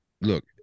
look